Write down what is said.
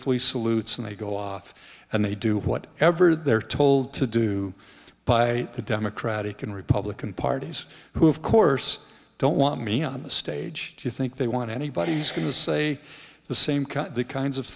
flee salutes and they go off and they do what ever they're told to do by the democratic and republican parties who have course don't want me on the stage you think they want anybody's going to say the same cut the kinds of